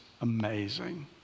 amazing